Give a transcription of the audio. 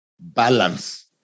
balance